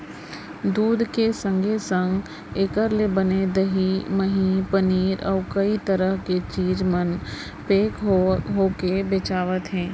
दूद के संगे संग एकर ले बने दही, मही, पनीर, अउ कई चीज मन पेक होके बेचावत हें